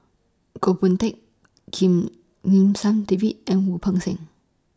Goh Boon Teck Kim Lim San David and Wu Peng Seng